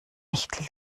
nicht